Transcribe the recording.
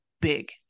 big